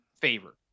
favor